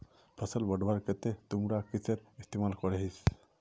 फसल बढ़वार केते तुमरा किसेर इस्तेमाल करोहिस?